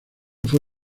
fue